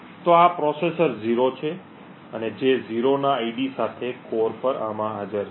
તેથી આ પ્રોસેસર 0 છે અને જે 0 ના ID સાથે કોર પર આમાં હાજર છે